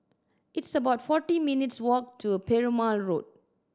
it's about forty minutes' walk to Perumal Road